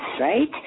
right